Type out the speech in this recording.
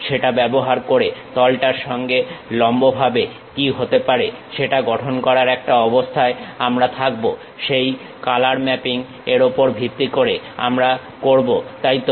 সেটা ব্যবহার করে তলটার সঙ্গে লম্বভাবে কি হতে পারে সেটা গঠন করার একটা অবস্থায় আমরা থাকবো সেই কালার ম্যাপিং এর উপর ভিত্তি করে আমরা করবো তাই তো